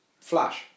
Flash